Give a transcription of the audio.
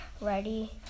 ready